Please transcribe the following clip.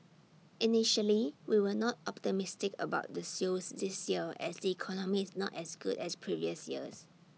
initially we were not optimistic about the sales this year as the economy is not as good as previous years